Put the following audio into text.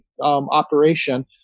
operation